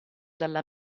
dalla